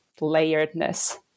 layeredness